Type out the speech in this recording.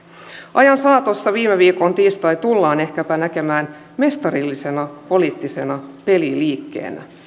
ajan saatossa viime viikon tiistai tullaan ehkäpä näkemään mestarillisena poliittisena peliliikkeenä